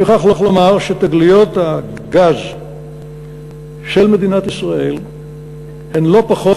אני מוכרח לומר שתגליות הגז של מדינת ישראל הן לא פחות